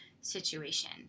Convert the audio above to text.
situation